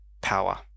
power